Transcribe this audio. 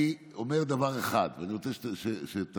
אני אומר דבר אחד, ואני רוצה שתביני.